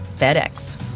FedEx